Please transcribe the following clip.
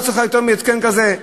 לא צריך יותר מהתקן אחד כזה.